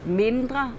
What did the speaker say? mindre